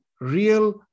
real